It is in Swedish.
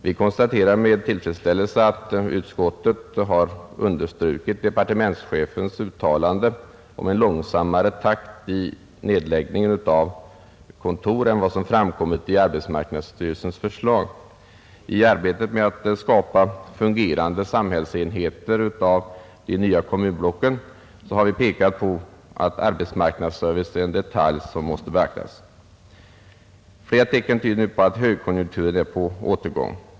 Vi konstaterar med tillfredsställelse att utskottet understrukit departementschefens uttalande om en långsammare takt i indragningen än vad som framkom mit i AMS:s förslag. I arbetet med att skapa fungerande samhällsenheter av de nya kommunblocken har vi pekat på att arbetsmarknadsservice är en detalj som måste beaktas. Flera tecken tyder på att högkonjunkturen är på återgång.